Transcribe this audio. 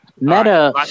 Meta